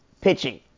Pitching